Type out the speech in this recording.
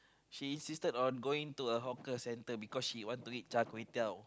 she insisted on going to a hawker center because she want to eat char-kway-teow